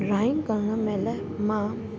drawing करणु महिल मां